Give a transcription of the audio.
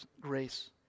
grace